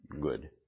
good